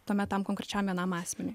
tuomet tam konkrečiam vienam asmeniui